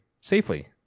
safely